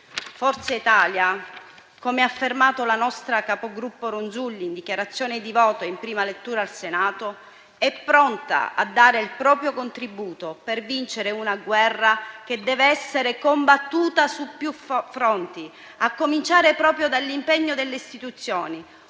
Forza Italia, come ha affermato la nostra capogruppo Senatrice Ronzulli in sede di dichiarazione di voto in prima lettura al Senato, è pronta a dare il proprio contributo per vincere una guerra che deve essere combattuta su più fronti, a cominciare dall'impegno delle istituzioni: